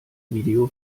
video